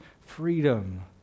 freedom